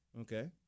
Okay